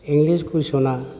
English कुइसना